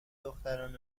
دختران